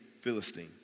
Philistine